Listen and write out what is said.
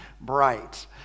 bright